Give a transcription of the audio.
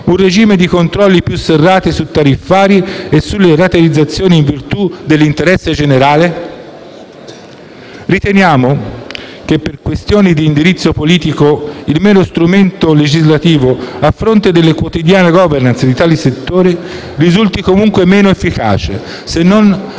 un regime di controlli più serrati su tariffari e le rateizzazioni, in virtù dell'interesse generale. Riteniamo che, per questioni di indirizzo politico, il mero strumento legislativo, a fronte della quotidiana *governance* di tali settori, risulti comunque meno efficace se non affiancato,